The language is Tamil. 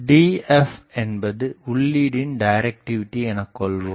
Dfஎன்பது உள்ளிடின் டைரக்டிவிடி எனக் கொள்வோம்